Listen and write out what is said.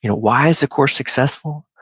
you know why is the course successful?